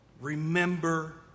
remember